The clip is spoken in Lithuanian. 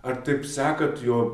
ar taip sekate jo